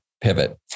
pivot